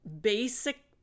basic